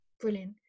Brilliant